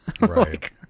Right